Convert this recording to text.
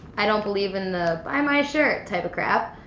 i don't believe in the buy my shirt type of crap.